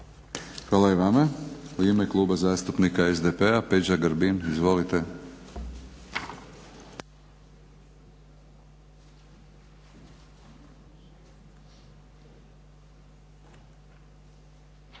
Hvala i vama. U ime Kluba zastupnika SDP-a Peđa Grbin. Izvolite. **Grbin,